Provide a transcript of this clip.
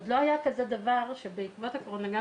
עוד לא היה דבר כזה שבעקבות הקורונה גם